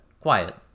Quiet